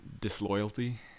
disloyalty